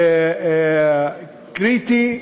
קריטי,